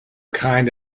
kind